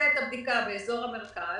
את הבדיקה באזור המרכז,